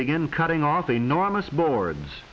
begin cutting off enormous boards